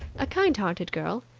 a kind-hearted girl,